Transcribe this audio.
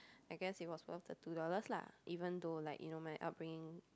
I guessed it was worth the two dollars lah even though like you know my upbringing